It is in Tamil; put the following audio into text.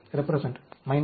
1 0 மற்றும் 1